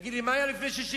תגיד לי, מה היה לפני 1967,